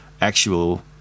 actual